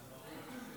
בבקשה.